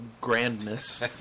grandness